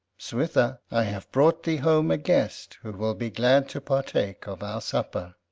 switha, i have brought thee home a guest who will be glad to partake of our supper.